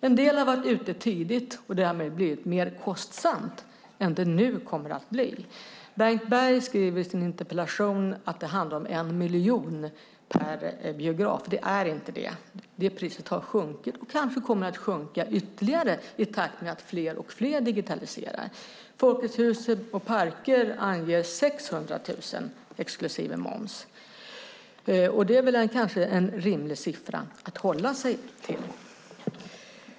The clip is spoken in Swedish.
En del har varit ute tidigt och det har därmed blivit mer kostsamt än det nu kommer att bli. Bengt Berg skriver i sin interpellation att det handlar om 1 miljon per biograf. Det gör det inte. Det priset har sjunkit. Det kanske kommer att sjunka ytterligare i takt med att fler och fler digitaliserar. Folkets Hus och Parker anger 600 000 exklusive moms. Det är kanske en rimlig siffra att hålla sig till.